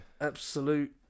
absolute